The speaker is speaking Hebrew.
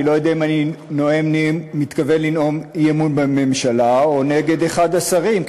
אני לא יודע אם אני מתכוון לנאום אי-אמון בממשלה או נגד אחד השרים,